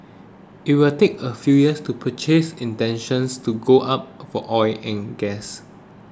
it will take a few years to purchase intentions to go up for oil and gas